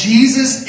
Jesus